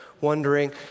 wondering